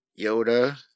Yoda